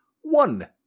one